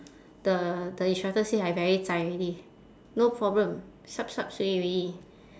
the the instructor say I very zai already no problem sap sap sui already